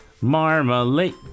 Marmalade